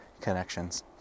connections